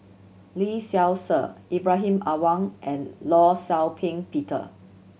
Lee Seow Ser Ibrahim Awang and Law Shau Ping Peter